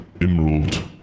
emerald